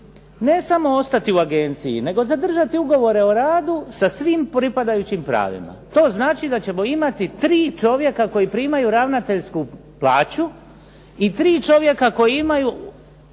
ne samo ostati u agenciji nego zadržati ugovore o radu sa svim pripadajućim pravima. To znači da ćemo imati tri čovjeka koji primaju ravnateljsku plaću i tri čovjeka koji imaju